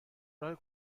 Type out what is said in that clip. راه